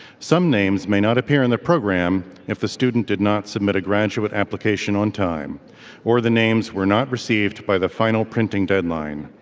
some names may not appear in the program if the student did not submit a graduate application on time or the names were not received by the final printing deadline.